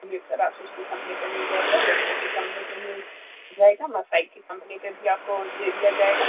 जी sir Asus की company पे मिल जाएगा एच पी की कंपनी पे मिल जाएगा मसाई की कंपनी पे भी आपको दे दिया जाएगा